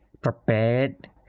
prepared